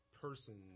person